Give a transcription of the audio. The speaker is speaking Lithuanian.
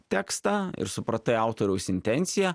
tekstą ir supratai autoriaus intenciją